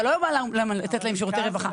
אתה לא בא לתת להם שירותי רווחה.